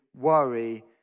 worry